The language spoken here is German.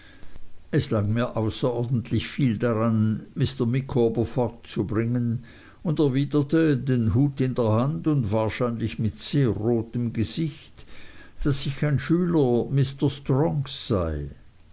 es lag mir außerordentlich viel daran mr micawber fortzubringen und erwiderte den hut in der hand und wahrscheinlich mit sehr rotem gesicht daß ich ein schüler mr strongs sei